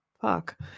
fuck